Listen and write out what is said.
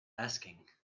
asking